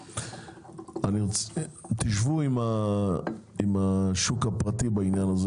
אני רוצה שתשבו עם השוק הפרטי בעניין הזה